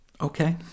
Okay